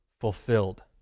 fulfilled